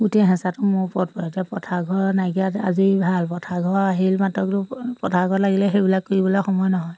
গোটেই হেঁচাটো মোৰ ওপৰত পৰে এতিয়া পথাৰ ঘৰ নাইকিয়াত আজৰি ভাল পথাৰ ঘৰ আহিল মাত্ৰক পথাৰ ঘৰত লাগিলে সেইবিলাক কৰিবলৈ সময় নহয়